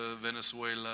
Venezuela